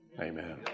Amen